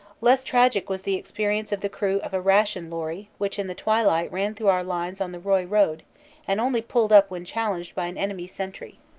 less tragic was the experience of the crew of a ration lorry which in the t vilight ran through our lines on the roye road and only pulled up when challenged by an enemy sentry.